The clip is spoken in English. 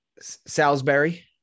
Salisbury